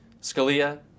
Scalia